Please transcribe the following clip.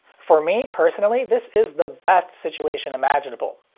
for me personally, this is the best situation imaginable.